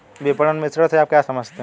विपणन मिश्रण से आप क्या समझते हैं?